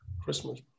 Christmas